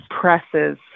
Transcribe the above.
presses